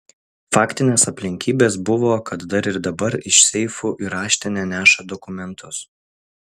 faktinės aplinkybės buvo kad dar ir dabar iš seifų į raštinę neša dokumentus